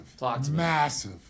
Massive